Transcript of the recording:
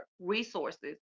resources